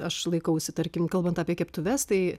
aš laikausi tarkim kalbant apie keptuves tai